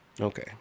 Okay